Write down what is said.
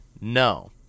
No